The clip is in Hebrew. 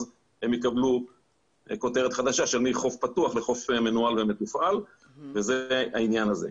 הם יקבלו כותרת חדשה של מחוף פתוח לחוף מנוהל ומתופעל וזה העניין הזה.